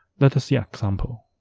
let us see an example